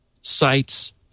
sites